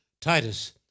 Titus